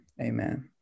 amen